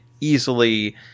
easily